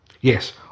Yes